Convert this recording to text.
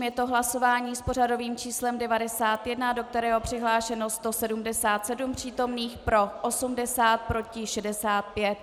Je to hlasování s pořadovým číslem 91, do kterého je přihlášeno 177 přítomných, pro 80, proti 65.